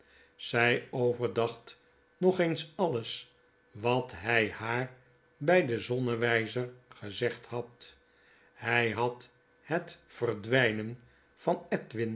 zij overdacht nog eens alles wat hij haar bii den zonnewijzer gezegd had hij had het verdwijnen van